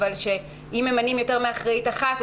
אבל אנחנו ממליצים שאם ממנים יותר מאחראית אחת,